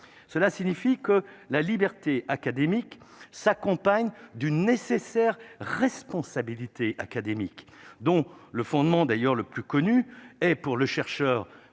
cela signifie que la liberté académique s'accompagne d'une nécessaire responsabilité académique dont le fondement d'ailleurs le plus connu et pour le chercheur,